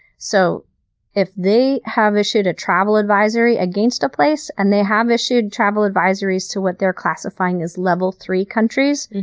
so if they have issued a travel advisory against a place, and they have issued travel advisories to what they're classifying as level three countries,